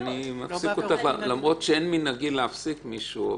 --- אני מפסיק אותך למרות שאין מנהגי להפסיק מישהו.